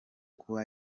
kuba